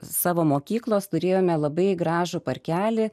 savo mokyklos turėjome labai gražų parkelį